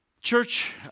Church